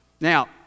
Now